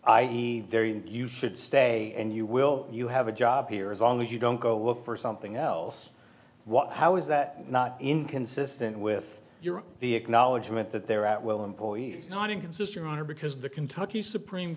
very you should stay and you will you have a job here as long as you don't go look for something else what how is that not inconsistent with your the acknowledgment that they're at will employees not inconsistent or because the kentucky supreme